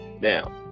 Now